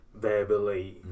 verbally